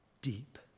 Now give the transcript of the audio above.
deep